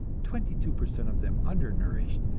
twenty two per cent of them undernourished,